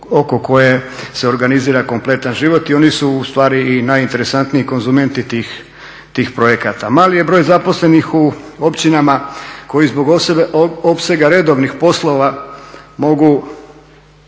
oko koje se organizira kompletan život. I oni su u stvari i najinteresantniji konzumenti tih projekata. Mali je broj zaposlenih u općinama koji zbog opsega redovnih poslova mogu